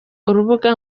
urubuga